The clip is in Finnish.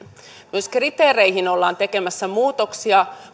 myös kriteereihin ollaan tekemässä muutoksia